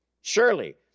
Surely